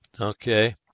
okay